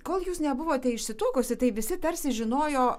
kol jūs nebuvote išsituokusi tai visi tarsi žinojo